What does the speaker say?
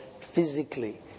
physically